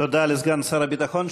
תודה לסגן שר הביטחון.